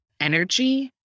energy